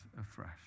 afresh